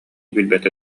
билбэтэ